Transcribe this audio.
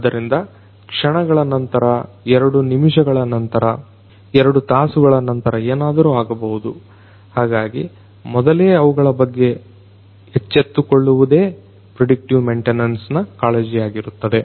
ಆದ್ದರಿಂದ ಕ್ಷಣಗಳ ನಂತರ ಎರಡು ನಿಮಿಷಗಳ ನಂತರ ಎರಡು ತಾಸುಗಳ ನಂತರ ಎನಾದರೂ ಆಗಬಹುದು ಹಾಗಾಗಿ ಮೊದಲೆ ಅವುಗಳ ಬಗ್ಗೆ ಎಚ್ಚೆತ್ತುಕೊಳ್ಳುವುದೇ ಪ್ರಿಡಿಕ್ಟಿವ್ ಮೆಂಟೆನನ್ಸ್ ನ ಕಾಳಜಿಯಾಗಿರುತ್ತದೆ